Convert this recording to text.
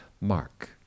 Mark